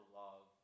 love